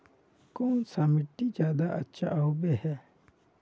कौन सा मिट्टी ज्यादा अच्छा होबे है?